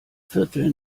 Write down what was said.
viertel